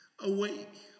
awake